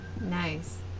Nice